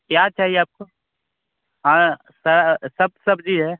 क्या चाहिए आपको हाँ सब सब्ज़ी है